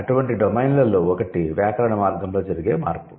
అటువంటి డొమైన్లలో ఒకటి వ్యాకరణ వర్గంలో జరిగే మార్పు